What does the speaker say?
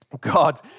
God